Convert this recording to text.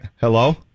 Hello